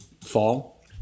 fall